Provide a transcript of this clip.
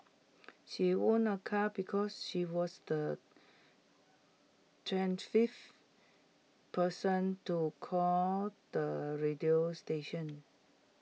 she won A car because she was the person to call the radio station